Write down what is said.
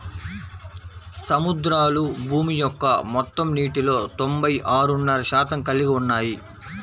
సముద్రాలు భూమి యొక్క మొత్తం నీటిలో తొంభై ఆరున్నర శాతం కలిగి ఉన్నాయి